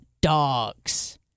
dogs